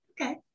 okay